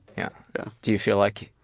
yeah. yeah. do you feel like